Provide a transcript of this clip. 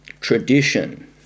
tradition